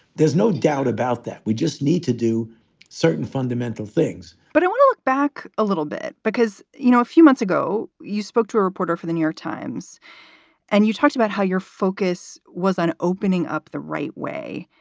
there's no doubt about that. we just need to do certain fundamental things but if and we look back a little bit, because, you know, a few months ago, you spoke to a reporter for the new york times and you talked about how your focus was on opening up the right way.